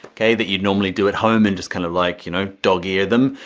okay, that you'd normally do at home and just kind of like you know dog ear them,